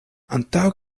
antaŭ